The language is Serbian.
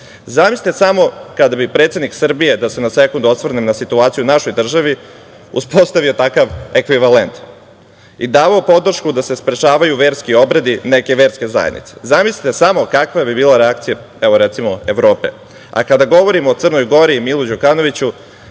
Gore? Zamislite samo kada bi predsednik Srbije, da se na sekund osvrnem na situaciju u našoj državi, uspostavio takav ekvivalent i davao podršku da se sprečavaju verski obredi neke verske zajednice, zamislite samo kakva bi bila reakcija, evo, recimo, Evrope. Kada govorimo o Crnoj Gori i Milu Đukanoviću,